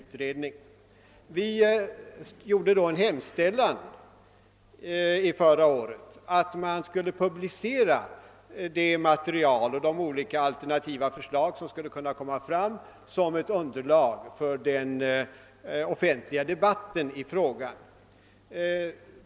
Vi gjorde förra året en hemställan om att man som underlag för den offentliga debatten i frågan skulle publicera det material och de olika alternativa förslag som framlades.